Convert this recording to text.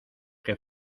que